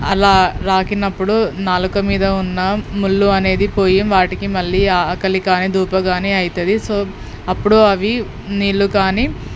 అలా రుద్దినప్పుడు నాలుక మీద ఉన్న ముళ్ళు అనేవి పోయి వాటికి మళ్ళీ ఆకలి కానీ దాహం కాని అవుతుంది సో అప్పుడు అవి నీళ్ళు కానీ